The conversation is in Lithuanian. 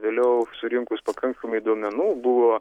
vėliau surinkus pakankamai duomenų buvo